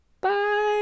Bye